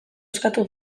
eskatu